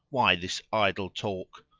why this idle talk?